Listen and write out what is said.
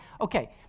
okay